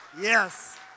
Yes